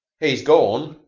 he's gorn,